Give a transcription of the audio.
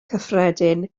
cyffredin